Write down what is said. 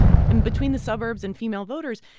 and between the suburbs and female voters,